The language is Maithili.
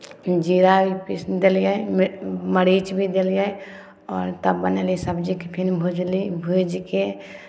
जीरा भी पीस देलियै मिर मरीच भी देलियै आओर तब बनेलियै सबजीकेँ फेर भुजली भूजि कऽ